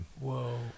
whoa